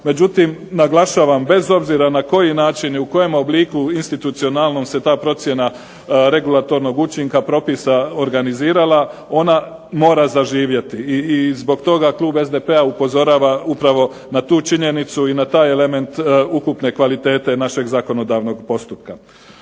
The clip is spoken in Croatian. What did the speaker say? Međutim naglašavam, bez obzira na koji način i u kojem obliku institucionalnom se ta procjena regulatornog učinka propisa organizirala ona mora zaživjeti i zbog toga klub SDP-a upozorava upravo na tu činjenicu i na taj element ukupne kvalitete našeg zakonodavnog postupka.